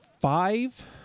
five